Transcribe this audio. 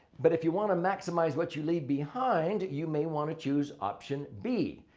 but if you want to maximize what you leave behind, you may want to choose option b.